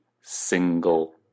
single